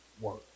work